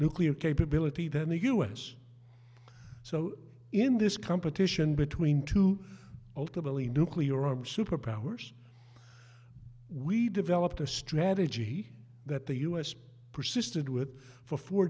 nuclear capability than the us so in this competition between two ultimately nuclear armed superpowers we developed a strategy that the us persisted with for fo